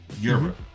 Europe